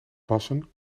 bassen